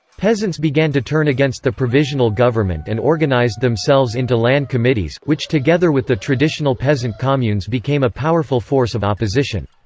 peasants began to turn against the provisional government and organized themselves into land committees, which together with the traditional peasant communes became a powerful force of opposition.